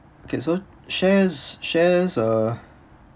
okay so shares shares uh